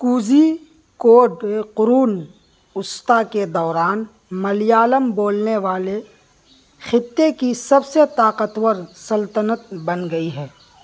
cosy code قرون وسطیٰ کے دوران ملیالم بولنے والے خطے کی سب سے طاقتور سلطنت بن گئی ہے